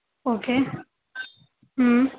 okay ہوں